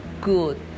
good